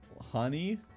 honey